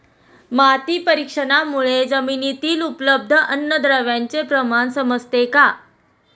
माती परीक्षणामुळे जमिनीतील उपलब्ध अन्नद्रव्यांचे प्रमाण समजते का?